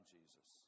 Jesus